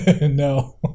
no